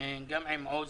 וגם עם עוז,